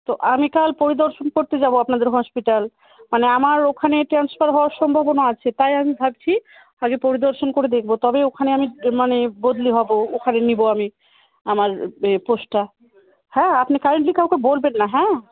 তো আমি কাল পরিদর্শন করতে যাবো আপনাদের হসপিটাল মানে আমার ওখানে ট্র্যান্সফার হওয়ার সম্ভবনা আছে তাই আমি ভাবছি আগে পরিদর্শন করে দেখবো তবে ওখানে আমি মানে বদলি হবো ওখানে নিবো আমি আমার এ পোস্টটা হ্যাঁ আপনি কাইন্ডলি কাউকে বলবেন না হ্যাঁ